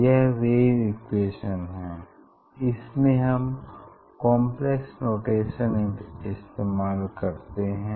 यह wave equation है इसमें हम काम्प्लेक्स नोटेशन इस्तेमाल करते हैं